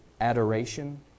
adoration